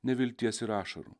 nevilties ir ašarų